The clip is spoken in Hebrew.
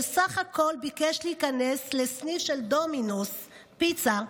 שבסך הכול ביקש להיכנס לסניף של דומינו'ס פיצה,